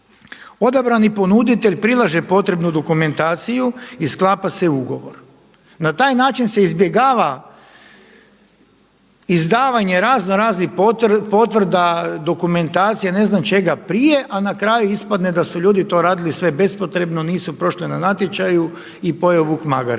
odabrani ponuditelj prilaže potrebnu dokumentaciju i sklapa se ugovor. Na taj način se izbjegava izdavanje razno raznih potvrda, dokumentacija, ne znam čega prije, a na kraju ispadne da su ljudi to radili sve bespotrebno, nisu prošli na natječaju i pojeo vuk magare.